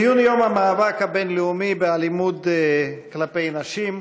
ציון היום הבין-לאומי למאבק באלימות כלפי נשים,